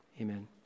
Amen